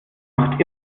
macht